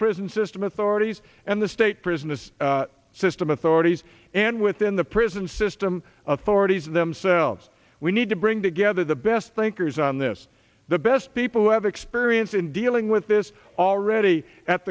prison system authorities and the state prison this system authorities and within the prison system of forty's themselves we need to bring together the best thinkers on this the best people who have experience in dealing with this already at